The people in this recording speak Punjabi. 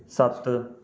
ਸੱਤ